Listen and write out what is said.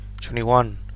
twenty-one